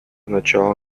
начало